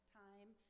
time